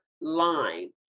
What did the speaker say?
line